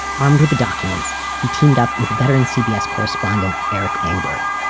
armed with the documents, he teamed up with veteran cbs correspondent eric engberg.